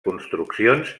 construccions